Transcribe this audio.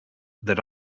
that